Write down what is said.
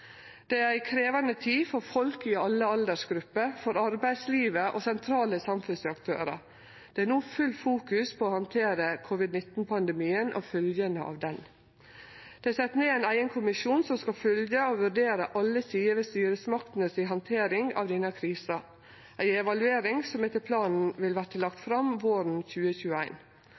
Det er ei krevjande tid for folk i alle aldersgrupper, for arbeidslivet og for sentrale samfunnsaktørar. Det er no fullt fokus på å handtera covid-19-pandemien og fylgjene av han. Det er sett ned ein eigen kommisjon som skal fylgje og vurdere alle sider ved styresmaktene si handtering av denne krisa, ei evaluering som etter planen vil verte lagd fram våren